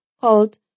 called